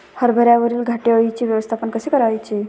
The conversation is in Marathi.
हरभऱ्यावरील घाटे अळीचे व्यवस्थापन कसे करायचे?